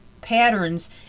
patterns